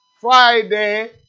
Friday